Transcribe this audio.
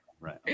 Right